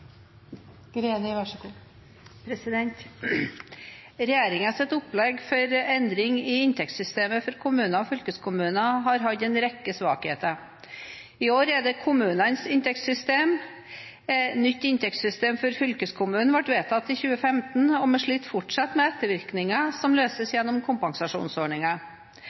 opplegg for endring i inntektssystemet for kommuner og fylkeskommuner har hatt en rekke svakheter. I år er det kommunenes inntektssystem. Nytt inntektssystem for fylkeskommunene ble vedtatt i 2015, og vi sliter fortsatt med ettervirkningen som løses gjennom